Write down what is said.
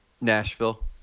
Nashville